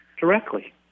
directly